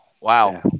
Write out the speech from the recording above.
Wow